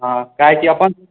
हँ काहे कि अपन